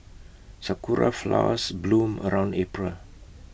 Sakura Flowers bloom around April